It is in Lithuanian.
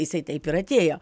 jisai taip ir atėjo